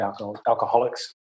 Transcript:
Alcoholics